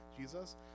Jesus